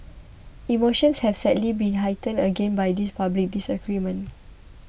emotions have sadly been heightened again by this public disagreement